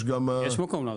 יש מקום להרחיב.